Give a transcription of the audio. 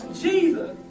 Jesus